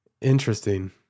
Interesting